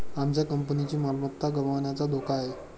आमच्या कंपनीची मालमत्ता गमावण्याचा धोका आहे